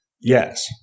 Yes